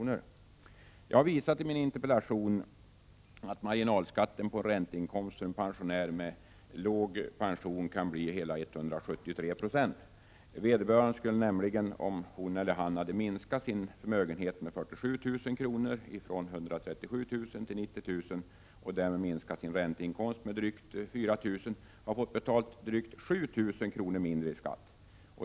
Som jag visat i min interpellation kan marginalskatten på en ränteinkomst för en pensionär med låg pension bli 173 96. Vederbörande skulle nämligen — om han eller hon minskar sin förmögenhet med 47 000 kr. från 137 000 till 90 000 kr. och därmed minskar sin ränteinkomst med drygt 4 000 kr. — få betala drygt 7 000 kr. mindre i skatt.